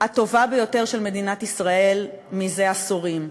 הטובה ביותר של מדינת ישראל מזה עשורים.